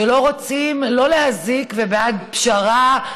שלא רוצים להזיק ובעד פשרה.